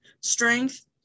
strength